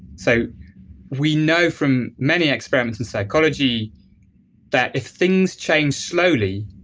so we know from many experiments in psychology that if things change slowly,